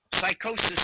psychosis